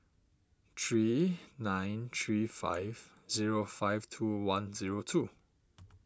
three nine three five zero five two one zero two